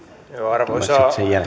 arvoisa